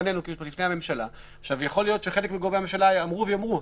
יכול להיות שחלק מגורמי הממשלה במשרד הבריאות יגידו: